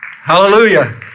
Hallelujah